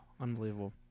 unbelievable